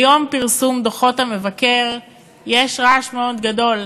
ביום פרסום דוחות המבקר יש רעש מאוד גדול,